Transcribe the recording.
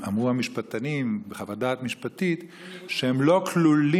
אמרו המשפטנים בחוות דעת משפטית שהם לא כלולים